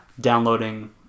downloading